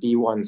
the one